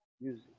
music